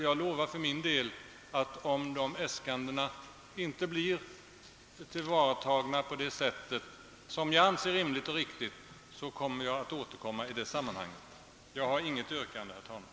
Jag lovar för min del att om de äskandena inte blir tillgodosedda på det sätt som jag anser rimligt och riktigt skall jag återkomma vid behandlingen av dem. Jag har, herr talman, inget yrkande.